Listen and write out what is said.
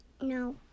No